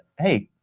hey,